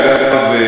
אגב,